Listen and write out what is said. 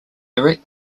direct